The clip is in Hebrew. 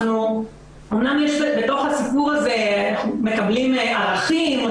אמנם בתוך הסיפור הזה מקבלים ערכים,